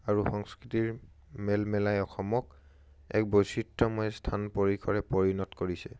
আৰু সংস্কৃতিৰ মেলমেলাই অসমক এক বৈচিত্ৰ্যময় স্থান পৰিসৰে পৰিণত কৰিছে